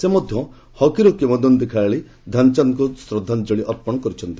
ସେ ମଧ୍ୟ ହକିର କିମ୍ବଦନ୍ତୀ ଖେଳାଳି ଧ୍ୟାନଚାନ୍ଦଙ୍କୁ ଶ୍ରଦ୍ଧାଞ୍ଜଳି ଜ୍ଞାପନ କରିଛନ୍ତି